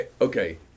Okay